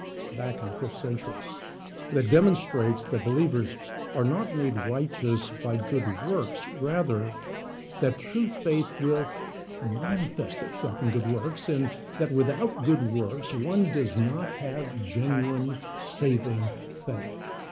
it's back in the fifth century that demonstrates that believers are not made righteous by good works, rather that true faith will manifest itself in good works, and that without good works, one does not have genuine saving faith.